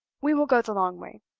we will go the long way.